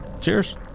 Cheers